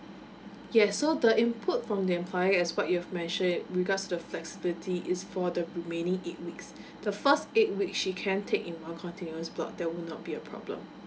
yes so the input from the employer as what you've mentioned it because the flexibility is for the remaining eight weeks the first eight weeks she can take in one continuous block there will not be a problem